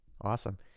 Awesome